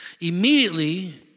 Immediately